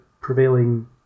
prevailing